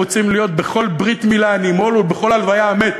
שרוצים להיות בכל מילה הנימול ובכל הלוויה המת,